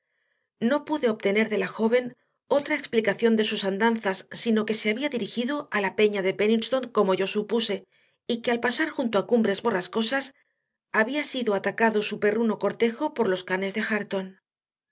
no pude obtener de la joven otra explicación de sus andanzas sino que se había dirigido a la peña de penniston como yo supuse y que al pasar junto a cumbres borrascosas había sido atacado su perruno cortejo por los canes de hareton